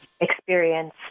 experience